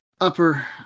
upper